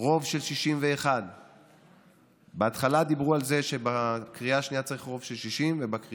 רוב של 61. בהתחלה דיברו על זה שבקריאה השנייה צריך רוב של 60 ובקריאה